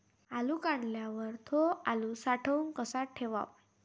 आलू काढल्यावर थो आलू साठवून कसा ठेवाव?